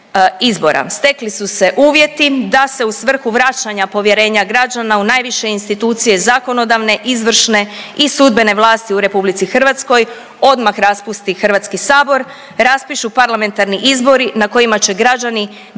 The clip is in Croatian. Stekli su se uvjeti da se u svrhu vraćanja povjerenja građana u najviše institucije zakonodavne, izvršne i sudbene vlasti u RH odmah raspusti HS, raspišu parlamentarni izbori na kojima će građani birati